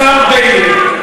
השר ביילין.